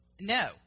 No